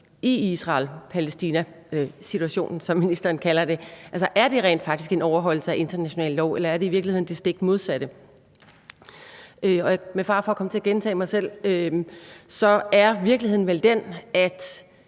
i Israel-Palæstina-situationen, som ministeren kalder det, rent faktisk er en overholdelse af international lov, eller er det i virkeligheden det stik modsatte? Med fare for at komme til at gentage mig selv er virkeligheden vel den, at